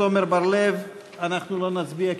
מרב מיכאלי ועמר בר-לב לסעיף 1 לא נתקבלה.